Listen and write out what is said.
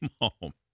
home